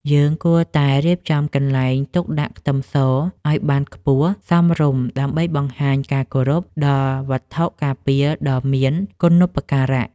យើងគួរតែរៀបចំកន្លែងទុកដាក់ខ្ទឹមសឱ្យបានខ្ពស់សមរម្យដើម្បីបង្ហាញការគោរពដល់វត្ថុការពារដ៏មានគុណូបការៈ។